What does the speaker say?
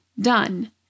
done